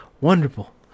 wonderful